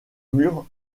murs